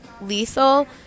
lethal